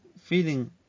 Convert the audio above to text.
feeling